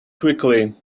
quickly